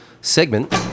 segment